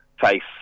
face